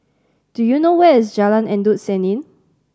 do you know where is Jalan Endut Senin